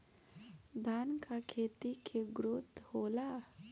धान का खेती के ग्रोथ होला?